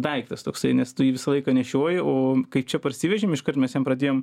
daiktas toksai nes tu jį visą laiką nešioji o kai čia parsivežėm iškart mes jam pradėjom